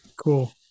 cool